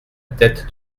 tête